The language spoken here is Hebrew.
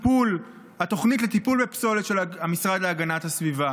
התוכנית לטיפול בפסולת של המשרד להגנת הסביבה